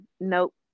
nope